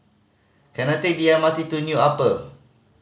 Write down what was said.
can I take the M R T to New Upper